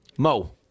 Mo